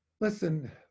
Listen